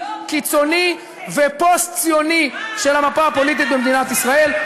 קיצוני ופוסט-ציוני של המפה הפוליטית במדינת ישראל.